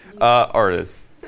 Artists